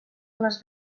les